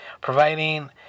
providing